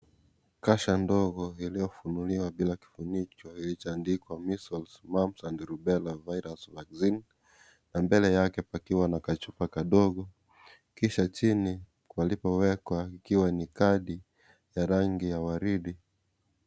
Kasha ndogo iliyofunguliwa bila kufunikwa imeandikwa measles, mumbs and rubella virus vaccine na mbele yake kukiwa na kachupa kdogo kisha chini palipowekwa ikiwa ni kadi ya rangi ya waridi.